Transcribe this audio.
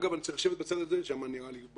אגב, אני צריך לשבת בצד השני, נראה לי.